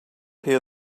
here